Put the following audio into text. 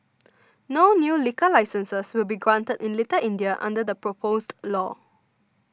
no new liquor licences will be granted in Little India under the proposed law